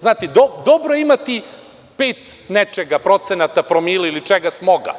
Znate, dobro je imati pet nečega, procenata, promila, ili čega, smoga,